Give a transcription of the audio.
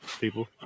People